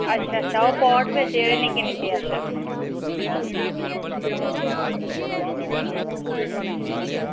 अच्छा अच्छा ओह् पाट बिच्च जेह्ड़े निक्के निक्के अच्छा